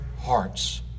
hearts